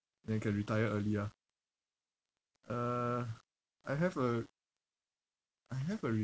then can retire early ah uh I have a I have a